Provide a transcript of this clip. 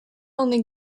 only